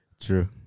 true